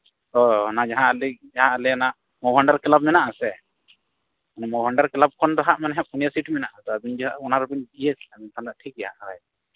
ᱦᱳᱭ ᱚᱱᱟ ᱡᱟᱦᱟᱸ ᱟᱹᱞᱤᱧ ᱡᱟᱦᱟᱸ ᱟᱞᱮ ᱱᱟᱜ ᱢᱚᱦᱚᱚᱱᱰᱟᱨ ᱠᱞᱟᱵᱽ ᱢᱮᱱᱟᱜᱼᱟ ᱥᱮ ᱢᱚᱦᱚᱱᱰᱟᱨ ᱠᱞᱟᱵᱽ ᱠᱷᱚᱱ ᱫᱚ ᱦᱟᱸᱜ ᱯᱩᱱᱭᱟᱹ ᱥᱤᱴ ᱢᱮᱱᱟᱜᱟ ᱟᱫᱚ ᱟᱹᱵᱤᱱ ᱡᱩᱫᱤ ᱚᱱᱟ ᱨᱮᱵᱤᱱ ᱤᱭᱟᱹ ᱠᱮᱫᱟ ᱛᱟᱦᱞᱮ ᱴᱷᱤᱠᱜᱮᱭᱟ ᱦᱳᱭ